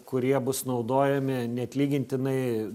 kurie bus naudojami neatlygintinai